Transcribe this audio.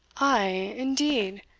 ay, indeed!